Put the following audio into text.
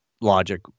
logic